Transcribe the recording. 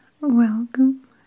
welcome